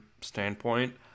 standpoint